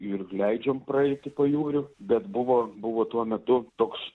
ir leidžiam praeiti pajūriu bet buvo buvo tuo metu toks